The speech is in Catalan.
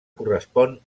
correspon